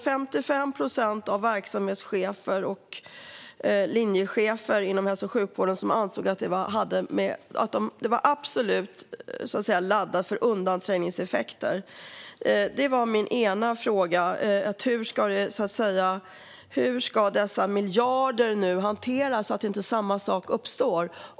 55 procent av verksamhetscheferna och linjecheferna inom hälso och sjukvården ansåg att de absolut laddade för undanträngningseffekter. Hur ska dessa miljarder nu hanteras så att inte samma sak uppstår?